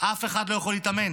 אף אחד לא יכול להתאמן,